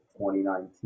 2019